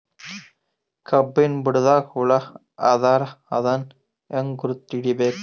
ಕಬ್ಬಿನ್ ಬುಡದಾಗ ಹುಳ ಆದರ ಅದನ್ ಹೆಂಗ್ ಗುರುತ ಹಿಡಿಬೇಕ?